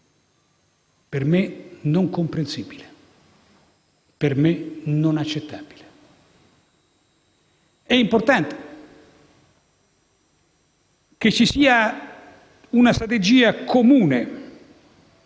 Per me non è comprensibile e accettabile. È importante che vi sia una strategia comune